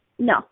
No